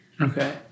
Okay